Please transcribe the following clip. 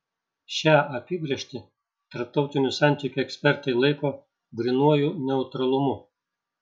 šią apibrėžtį tarptautinių santykių ekspertai laiko grynuoju neutralumu